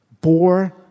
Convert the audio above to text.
bore